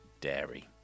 dairy